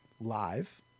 Live